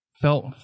felt